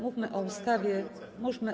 Mówmy o ustawie, mówmy.